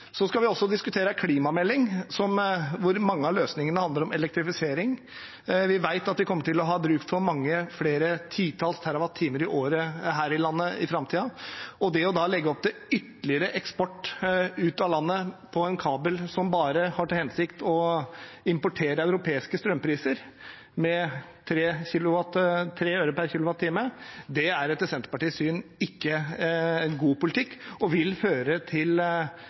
Vi skal også diskutere en klimamelding, hvor mange av løsningene handler om elektrifisering. Vi vet at vi kommer til å ha bruk for mange flere titalls terrawattimer i året her i landet i framtiden. Og det å da legge opp til ytterligere eksport ut av landet gjennom en kabel som bare har til hensikt å importere europeiske strømpriser med 3 øre per kWh, er etter Senterpartiets syn ikke god politikk og vil føre til